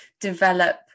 develop